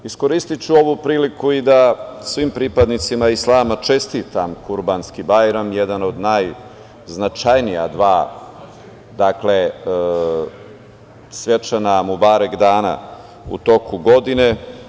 Iskoristiću ovu priliku i da svim pripadnicima islama čestitam Kurbanski-bajram, jedan od najznačajnija dva svečana mubarek dana u toku godine.